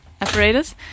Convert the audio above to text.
apparatus